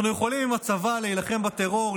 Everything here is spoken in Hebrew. אנחנו יכולים עם הצבא להילחם בטרור,